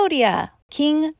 King